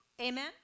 Amen